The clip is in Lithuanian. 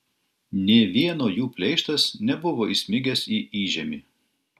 nė vieno jų pleištas nebuvo įsmigęs į įžemį